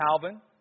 Calvin